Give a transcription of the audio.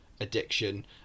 addiction